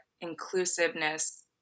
inclusiveness